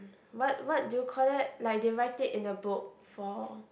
what what do you call that like they write it in the book for